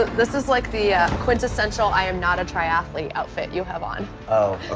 this is like the quintessential i am not a triathlete outfit you have on. oh,